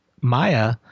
Maya